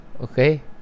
okay